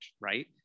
right